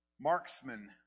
Marksman